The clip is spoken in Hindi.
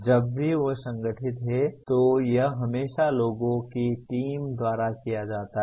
जब भी वे संगठित होते हैं तो यह हमेशा लोगों की टीम द्वारा किया जाता है